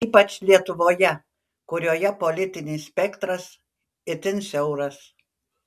ypač lietuvoje kurioje politinis spektras itin siauras